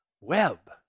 Web